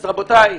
רבותיי,